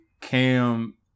Cam